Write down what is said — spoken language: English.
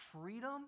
freedom